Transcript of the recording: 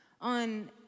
on